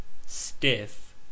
stiff